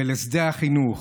ולשדה החינוך.